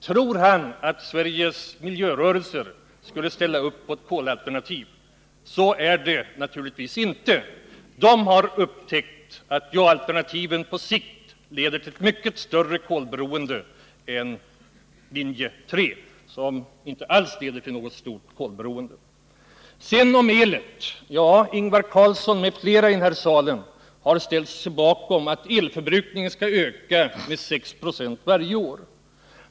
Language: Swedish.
Tror han att Sveriges miljörörelse skulle ställa upp på ett kolalternativ? Så är det naturligtvis inte. Den har upptäckt att ja-alternativet på sikt leder till ett mycket större kolberoende än linje 3, som inte alls leder till något stort kolberoende. Ingvar Carlsson m.fl. i denna kammare förutsåg 1975 att elförbrukningen skall öka med 6 6 varje år.